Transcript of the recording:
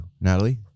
Natalie